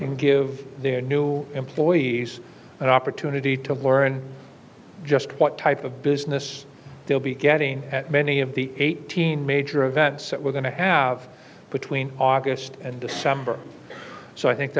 and give their new employees an opportunity to learn just what type of business they'll be getting at many of the eighteen major events that we're going to have between august and december so i think